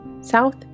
South